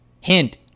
Hint